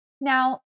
Now